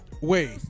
Wait